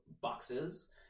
boxes